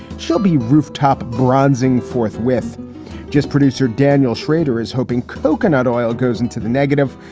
she'll be rooftop bronzing. fourth with just producer daniel schrader is hoping coconut oil goes into the negative.